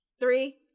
Three